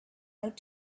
out